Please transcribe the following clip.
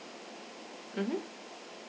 mmhmm